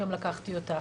משם לקחתי אותה.